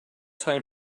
time